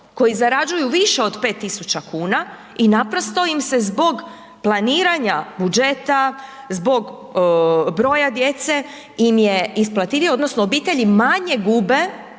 koji zarađuju više od 5.000,00 kuna i naprosto im se zbog planiranja budžeta, zbog broja djece im je isplativije odnosno obitelji manje gube,